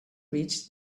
reach